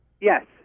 Yes